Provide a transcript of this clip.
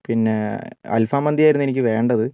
പിന്നെ അൽഫാം മന്തി ആയിരുന്നു എനിക്ക് വേണ്ടത്